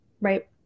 right